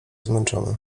zmęczony